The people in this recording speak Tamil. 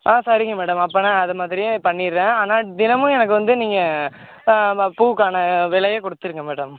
ஆ சரிங்க மேடம் அப்படினா அதை மாதிரியே பண்ணிடுறேன் ஆனால் தினமும் எனக்கு வந்து நீங்கள் பூவுக்கான விலைய கொடுத்துடுங்க மேடம்